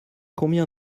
combien